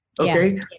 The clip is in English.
okay